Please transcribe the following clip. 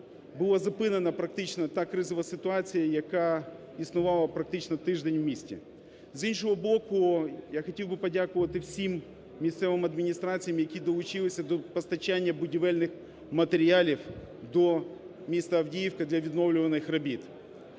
була зупинена практично та кризова ситуація, яка існувала практично тиждень в місті. З іншого боку, я хотів би подякувати всім місцевим адміністраціям, які долучилися до постачання будівельних матеріалів до міста Авдіївка для відновлювальних робіт.